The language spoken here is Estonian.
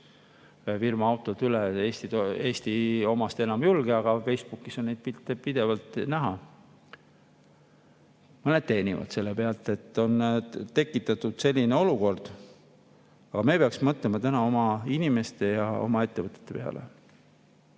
firma auto üle. Eesti omast enam ei julge. Facebookis on neid pilte pidevalt näha. Mõned teenivad selle pealt, et on tekitatud selline olukord, aga me peaksime mõtlema täna oma inimeste ja oma ettevõtete peale.